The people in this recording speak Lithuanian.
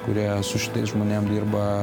kurie su šitais žmonėm dirba